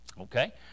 okay